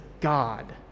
God